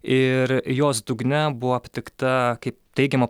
ir jos dugne buvo aptikta kai teigiama